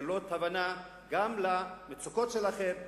לגלות הבנה גם למצוקות של האחר,